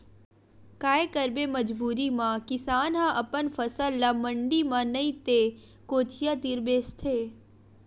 काये करबे मजबूरी म किसान ह अपन फसल ल मंडी म नइ ते कोचिया तीर बेचथे